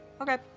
Okay